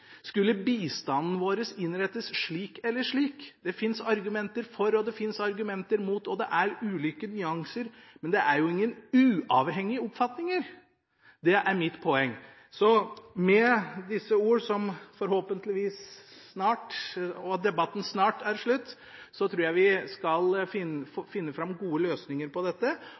Skulle bistanden vår innrettes slik eller slik? Det finnes argumenter for og det finnes argumenter mot, og det er ulike nyanser, men det er jo ingen uavhengige oppfatninger! Det er mitt poeng. Med disse ord, og nå som debatten forhåpentligvis snart er slutt, vil jeg avslutte med å si at jeg tror vi skal finne gode løsninger på dette,